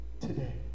Today